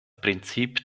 prinzip